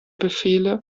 befehle